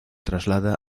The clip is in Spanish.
traslada